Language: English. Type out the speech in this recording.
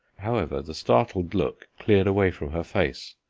however, the startled look cleared away from her face,